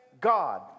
God